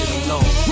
alone